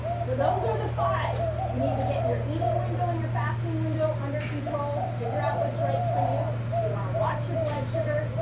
so those are the five you need to get your eating window and your fasting window under control. figure out what's right for you. you want to watch your blood sugar.